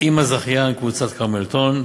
עם הזכיין, קבוצת "כרמלטון".